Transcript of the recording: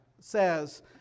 says